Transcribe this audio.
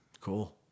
cool